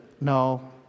No